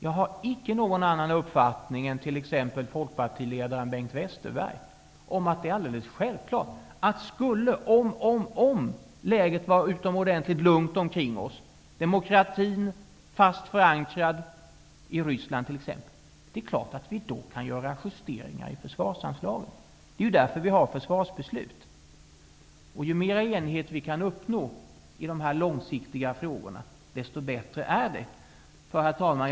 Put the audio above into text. Jag har ingen annan uppfattning än t.ex. folkpartiledaren Bengt Westerberg om att det är självklart att om läget runt omkring oss vore utomordentligt och demokratin t.ex. var fast förankrad i Ryssland, skulle vi naturligtvis kunna göra justeringar i försvarsanslaget. Det är därför vi har försvarsbeslut. Ju mera enighet vi kan uppnå i dessa långsiktiga frågor, desto bättre är det. Herr talman!